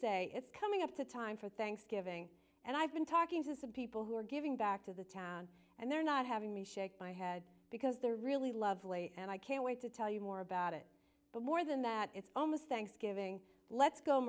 say it's coming up to time for thanksgiving and i've been talking to us of people who are giving back to the town and they're not having me shake my head because they're really lovely and i can't wait to tell you more about it but more than that it's almost thanksgiving let's go